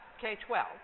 K-12